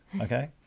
Okay